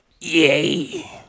Yay